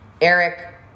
Eric